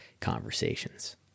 conversations